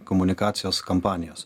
komunikacijos kampanijos